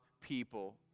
people